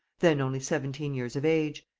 then only seventeen years of age.